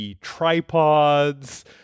Tripods